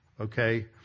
okay